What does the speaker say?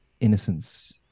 innocence